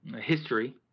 history